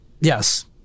Yes